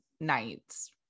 nights